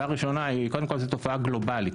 קודם כל זה תופעה גלובלית.